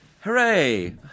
Hooray